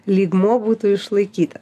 lygmuo būtų išlaikyta